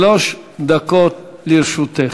שלוש דקות לרשותך.